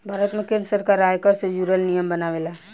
भारत में केंद्र सरकार आयकर से जुरल नियम बनावेला